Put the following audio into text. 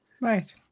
Right